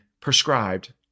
prescribed